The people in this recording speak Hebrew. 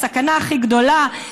הסכנה הכי גדולה,